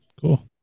cool